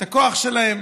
את הכוח שלהם.